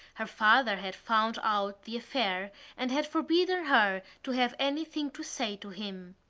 her father had found out the affair and had forbidden her to have anything to say to him.